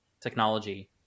technology